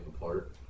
apart